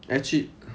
actually